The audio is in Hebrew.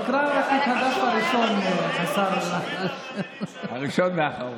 תקרא רק את הדף הראשון, השר, הראשון והאחרון.